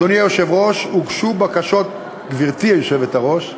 גברתי היושבת-ראש,